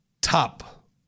top